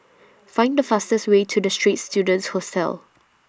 Find The fastest Way to The Straits Students Hostel